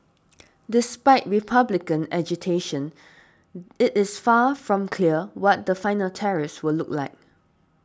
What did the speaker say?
despite Republican agitation it is far from clear what the final tariffs will look like